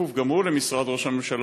שכפוף גם הוא למשרד ראש הממשלה,